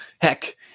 heck